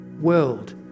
world